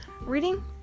reading